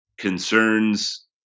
concerns